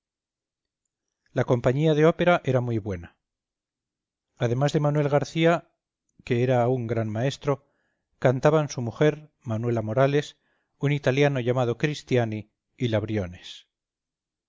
la compañía de ópera era muy buena además de manuel garcía que era un gran maestro cantaban su mujer manuela morales un italiano llamado cristiani y la briones